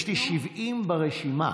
יש לי 70 ברשימה.